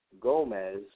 Gomez